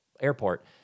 airport